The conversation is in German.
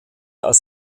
als